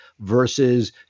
versus